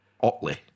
Otley